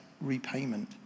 repayment